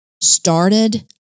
started